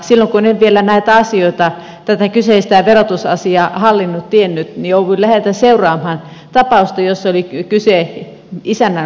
silloin kun en vielä näitä asioita tätä kyseistä verotusasiaa hallinnut tiennyt niin jouduin läheltä seuraamaan tapausta jossa oli kyse isännän kuolemasta